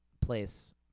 place